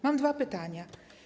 Mam dwa pytania.